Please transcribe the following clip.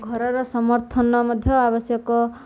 ଘରର ସମର୍ଥନ ମଧ୍ୟ ଆବଶ୍ୟକ